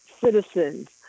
citizens